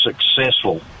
successful